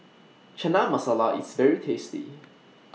Chana Masala IS very tasty